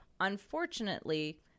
Unfortunately